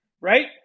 right